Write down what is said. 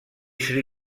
sri